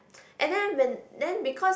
and then when then because